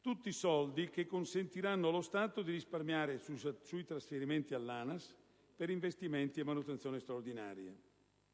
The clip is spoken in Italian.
tutti soldi che consentiranno allo Stato di risparmiare sui trasferimenti all'ANAS per investimenti e manutenzioni straordinarie.